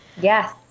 yes